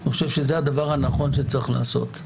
אני חושב שזה הדבר הנכון שצריך לעשות.